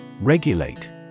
Regulate